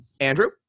Andrew